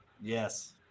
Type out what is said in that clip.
Yes